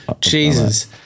Jesus